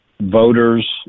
voters